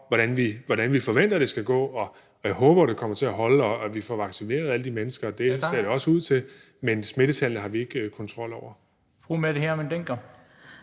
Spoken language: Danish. hvordan vi forventer at det skal gå, og jeg håber, at det kommer til at holde, og at vi får vaccineret alle de mennesker, og det ser det også ud til. Man smittetallene har vi ikke kontrol over.